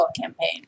campaign